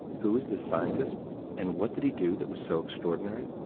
who is this scientist and what did he do that was so extraordinary?